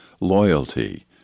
loyalty